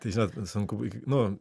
tai žinot sunku nu